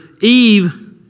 Eve